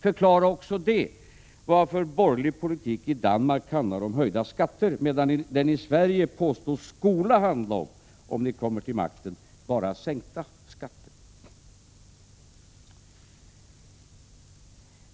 Förklara också varför borgerlig politik i Danmark handlar om höjda skatter, medan den i Sverige påstås skola handla om — om ni kommer till makten — bara sänkta skatter.